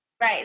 Right